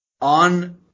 on